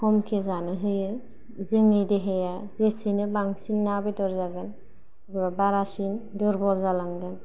खमखै जानो होयो जोंनि देहाया जेसेनो बांसिन ना बेदर जागोन बरासिन दुरबल जालांगोन